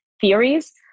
theories